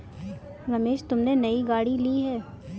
रमेश तुमने नई गाड़ी ली हैं